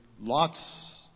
Lot's